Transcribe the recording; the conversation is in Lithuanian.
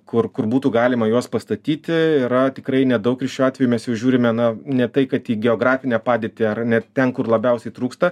kur kur būtų galima juos pastatyti yra tikrai nedaug ir šiuo atveju mes jau žiūrime na ne tai kad į geografinę padėtį ar ne ten kur labiausiai trūksta